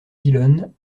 dillon